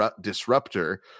disruptor